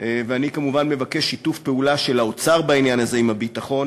ואני כמובן מבקש שיתוף פעולה של האוצר בעניין הזה עם הביטחון.